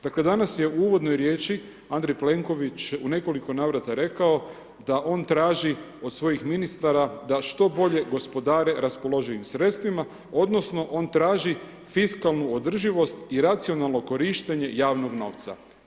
Dakle danas je u uvodnoj riječi Andrej Plenković u nekoliko navrata rekao da on traži od svojih ministara da što bolje gospodare raspoloživim sredstvima odnosno on traži fiskalnu održivost i racionalno korištenje javnog novca.